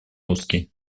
узкий